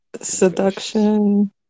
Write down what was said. Seduction